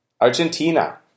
Argentina